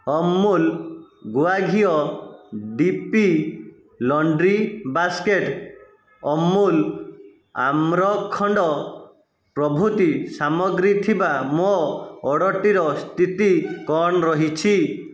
ଅମୁଲ୍ ଗୁଆ ଘିଅ D P laundry basket Amul Amrakhand ପ୍ରଭୃତି ସାମଗ୍ରୀ ଥିବା ମୋ ଅର୍ଡ଼ର୍ଟିର ସ୍ଥିତି କ'ଣ ରହିଛି